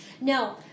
No